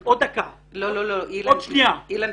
--- אילן,